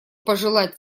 пожелать